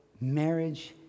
marriage